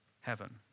heaven